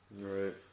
right